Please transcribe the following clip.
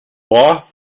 wahr